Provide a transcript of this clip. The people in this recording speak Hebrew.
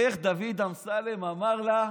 איך דוד אמסלם אמר לה,